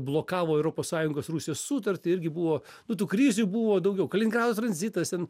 blokavo europos sąjungos rusijos sutartį irgi buvo nu tų krizių buvo daugiau kaliningrado tranzitas ten